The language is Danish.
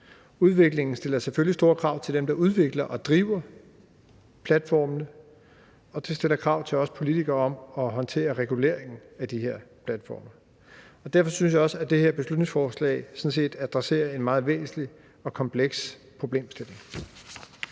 Udviklingen stiller jo selvfølgelig store krav til dem, der udvikler og driver platformene, og det stiller krav til os politikere om at håndtere reguleringen af de her platforme. Derfor synes jeg også, at det her beslutningsforslag sådan set adresserer en meget væsentlig og kompleks problemstilling.